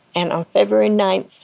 and on february ninth,